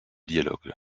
dialogue